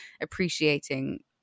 appreciating